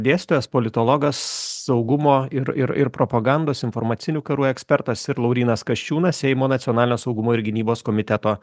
dėstytojas politologas saugumo ir ir ir propagandos informacinių karų ekspertas ir laurynas kasčiūnas seimo nacionalinio saugumo ir gynybos komiteto